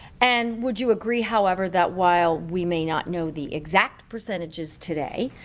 and would you agree, however, that while we may not know the exact percentages today,